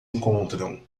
encontram